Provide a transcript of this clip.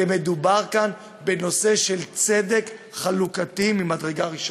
כי מדובר כאן בנושא של צדק חלוקתי ממדרגה ראשונה.